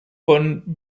von